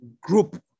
group